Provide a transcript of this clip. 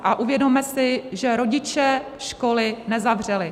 A uvědomme si, že rodiče školy nezavřeli.